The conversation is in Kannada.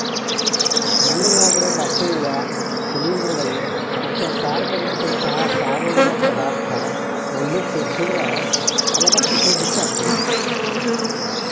ಮಣ್ಣಿನ್ಯಾಗಿರೋ ಬ್ಯಾಕ್ಟೇರಿಯಾ, ಶಿಲೇಂಧ್ರಗಳು ಮತ್ತ ಸಾರಜನಕದಂತಹ ಸಾವಯವ ಪದಾರ್ಥ ಮಣ್ಣಿಗೆ ಸೇರಿಸಿದ್ರ ಪಲವತ್ತತೆ ಹೆಚ್ಚಾಗ್ತೇತಿ